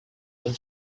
and